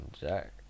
Jack